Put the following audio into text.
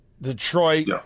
Detroit